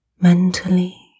mentally